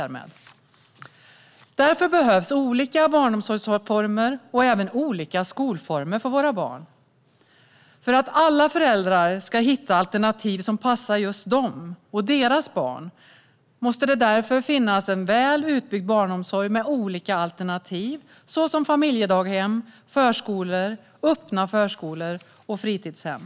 Därför behövs olika barnomsorgsformer och även olika skolformer för våra barn. För att alla föräldrar ska hitta alternativ som passar just dem och deras barn måste det därför finnas en väl utbyggd barnomsorg med olika alternativ, såsom familjedaghem, förskolor, öppna förskolor och fritidshem.